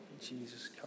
Jesus